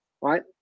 Right